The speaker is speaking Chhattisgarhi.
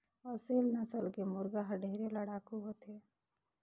असेल नसल के मुरगा हर ढेरे लड़ाकू होथे